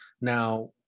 now